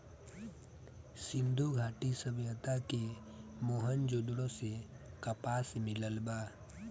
सिंधु घाटी सभ्यता के मोहन जोदड़ो से कपास मिलल बा